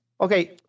Okay